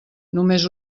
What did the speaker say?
només